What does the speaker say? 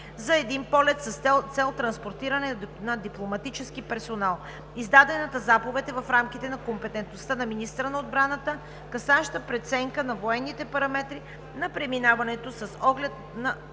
за един полет с цел транспортиране на дипломатически персонал. Издадената заповед е в рамките на компетентността на министъра на отбраната, касаеща преценка на военните параметри на преминаването с оглед